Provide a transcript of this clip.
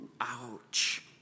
Ouch